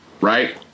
right